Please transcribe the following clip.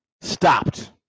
stopped